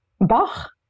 Bach